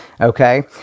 okay